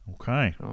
Okay